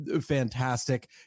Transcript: fantastic